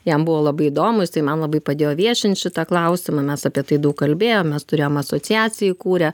jam buvo labai įdomu jinai man labai padėjo viešint šitą klausimą mes apie tai daug kalbėjom mes turėjom asociaciją įkūrę